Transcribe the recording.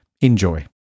Enjoy